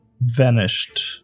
vanished